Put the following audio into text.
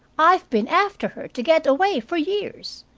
i've been after her to get away for years.